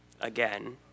again